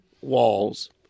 walls